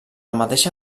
mateixa